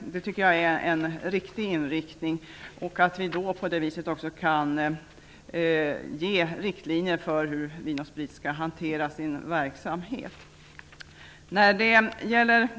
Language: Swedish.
Det tycker jag är en riktig inriktning. Därigenom kan vi också ge riktlinjer för hur Vin & Sprit AB skall hantera sin verksamhet.